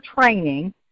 Training